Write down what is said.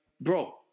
bro